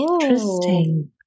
Interesting